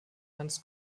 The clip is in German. hans